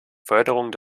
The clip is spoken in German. förderung